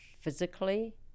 physically